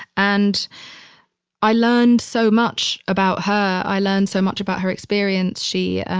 and i learned so much about her. i learned so much about her experience. she,